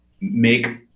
make